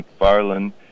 McFarland